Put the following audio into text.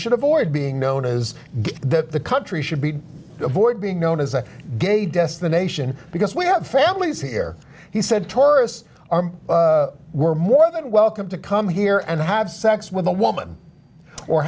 should avoid being known as the country should be avoid being known as a gay destination because we have families here he said tourists are were more than welcome to come here and have sex with a woman or